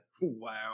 Wow